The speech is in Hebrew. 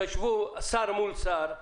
תשבו שר מול שר,